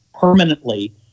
permanently